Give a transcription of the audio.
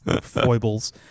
foibles